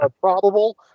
Probable